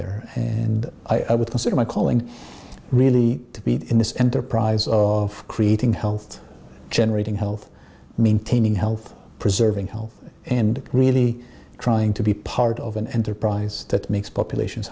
there and i would consider my calling really to be in this enterprise of creating health generating health maintaining health preserving health and really trying to be part of an enterprise that makes populations